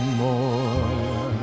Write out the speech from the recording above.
more